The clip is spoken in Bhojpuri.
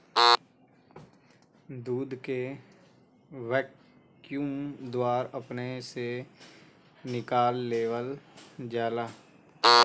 दूध के वैक्यूम द्वारा अपने से निकाल लेवल जाला